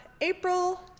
April